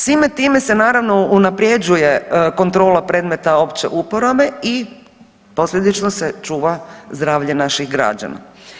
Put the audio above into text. Svime time se naravno unapređuje kontrola predmeta opće uporabe i posljedično se čuva zdravlje naših građana.